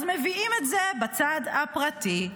אז מביאים את זה בצד הפרטי.